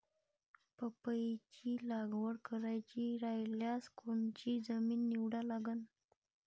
पपईची लागवड करायची रायल्यास कोनची जमीन निवडा लागन?